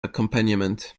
accompaniment